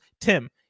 Tim